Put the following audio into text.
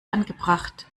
angebracht